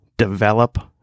develop